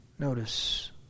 Notice